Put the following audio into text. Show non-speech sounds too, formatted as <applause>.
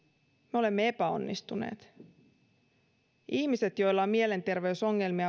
me olemme epäonnistuneet ihmiset joilla on mielenterveysongelmia <unintelligible>